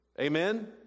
Amen